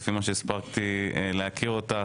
לפי מה שהספקתי להכיר אותך,